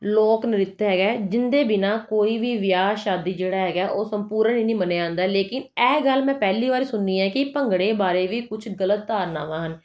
ਲੋਕ ਨ੍ਰਿਤ ਹੈਗਾ ਹੈ ਜਿਹਦੇ ਬਿਨਾਂ ਕੋਈ ਵੀ ਵਿਆਹ ਸ਼ਾਦੀ ਜਿਹੜਾ ਹੈਗਾ ਹੈ ਉਹ ਸੰਪੂਰਨ ਹੀ ਨਹੀਂ ਮੰਨਿਆ ਜਾਂਦਾ ਲੇਕਿਨ ਇਹ ਗੱਲ ਮੈਂ ਪਹਿਲੀ ਵਾਰੀ ਸੁਣੀ ਹੈ ਕਿ ਭੰਗੜੇ ਬਾਰੇ ਵੀ ਕੁਛ ਗਲਤ ਧਾਰਨਾਵਾਂ ਹਨ